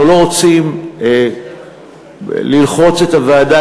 אנחנו לא רוצים ללחוץ את הוועדה,